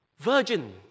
Virgin